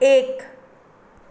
एक